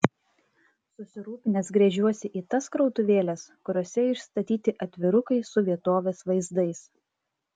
susirūpinęs gręžiuosi į tas krautuvėles kuriose išstatyti atvirukai su vietovės vaizdais